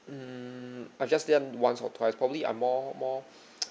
mm I've just done once or twice probably I'm more more